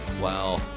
Wow